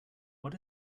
what